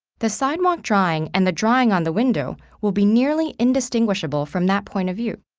the sidewalk drawing and the drawing on the window will be nearly indistinguishable from that point of view,